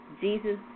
Jesus